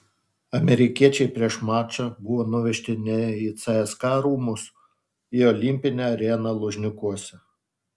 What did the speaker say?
amerikiečiai prieš mačą buvo nuvežti ne į cska rūmus į olimpinę areną lužnikuose